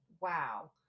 wow